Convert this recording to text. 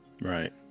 Right